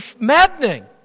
maddening